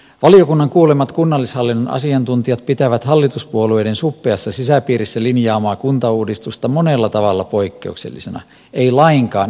valiokunnan kuulemat kunnallishallinnon asiantuntijat pitävät hallituspuolueiden suppeassa sisäpiirissä linjaamaa kuntauudistusta monella tavalla poikkeuksellisena eivät lainkaan edistyksellisenä